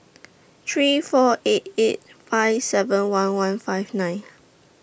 three four eight eight five seven one one five nine